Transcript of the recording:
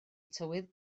tywydd